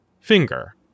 finger